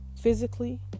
physically